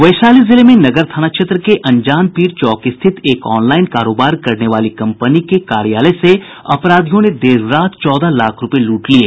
वैशाली जिले में नगर थाना क्षेत्र के अंजानपीर चौक स्थित एक ऑनलाइन कारोबार करने वाली कंपनी के कार्यालय से अपराधियों ने देर रात चौदह लाख रुपये लूट लिये